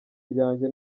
ryanjye